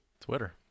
Twitter